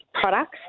products